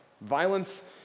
violence